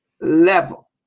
level